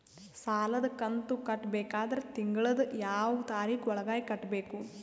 ಸಾಲದ ಕಂತು ಕಟ್ಟಬೇಕಾದರ ತಿಂಗಳದ ಯಾವ ತಾರೀಖ ಒಳಗಾಗಿ ಕಟ್ಟಬೇಕು?